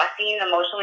emotionally